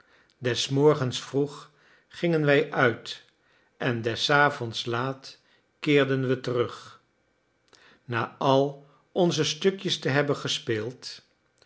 des morgens vroeg gingen wij uit en des avonds laat keerden we terug na al onze stukjes te hebben gespeeld